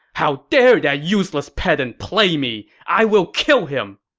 how dare that useless pedant play me! i will kill him!